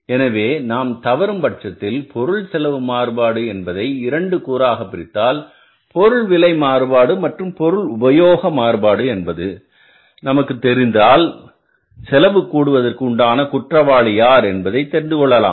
எனவே நாம் தவறும்பட்சத்தில் பொருள் செலவு மாறுபாடு என்பதை இரண்டு கூறாகப் பிரித்தால் பொருள் விலை மாறுபாடு மற்றும் பொருள் உபயோக மாறுபாடு என்பது நமக்கு தெரிந்திருந்தால் செலவு கூடுவதற்கு உண்டான குற்றவாளி யார் என்பதை தெரிந்துகொள்ளலாம்